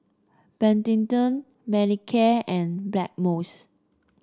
Betadine Manicare and Blackmores